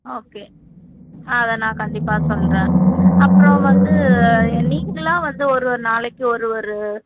okay அதை நான் கண்டிப்பாக சொல்கிறேன் அப்புறம் வந்து நீங்களாக வந்து ஒரு ஒரு நாளைக்கு ஒரு ஒரு